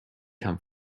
come